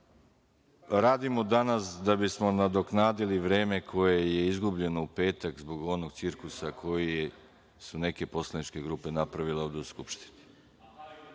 radimo da bismo nadoknadili vreme koje je izgubljeno u petak, zbog onog cirkusa koji su neke poslaničke grupe napravile ovde u Skupštini. Reč